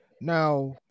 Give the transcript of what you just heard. now